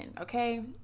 okay